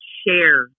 share